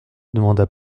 demanda